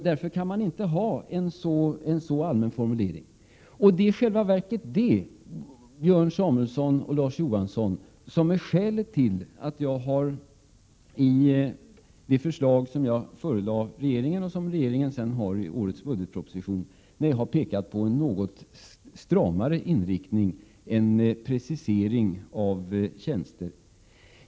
Vi kan inte ha en så allmän formulering. Det är i själva verket detta, Larz Johansson och Björn Samuelson, som är skälet till att jag i det förslag som jag förelade regeringen och som regeringen framförde i årets budgetproposition pekade på att vi behövde en något stramare inriktning och en större precisering när det gäller kompetenskraven för olika tjänster.